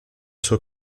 suo